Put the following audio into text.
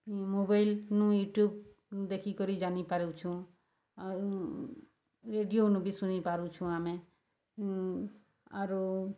ମୋବାଇଲ୍ନୁ ୟୁଟ୍ୟୁବ୍ନୁ ଦେଖିକରି ଜାଣିପାରୁଛୁଁ ଆଉ ରେଡ଼ିଓନୁ ବି ଶୁଣିପାରୁଛୁଁ ଆମେ ଆରୁ